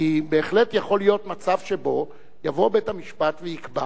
כי בהחלט יכול להיות מצב שבו יבוא בית-המשפט ויקבע